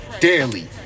daily